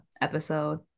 episode